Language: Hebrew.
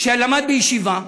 שלמד בישיבה,